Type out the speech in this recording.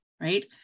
right